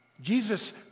Jesus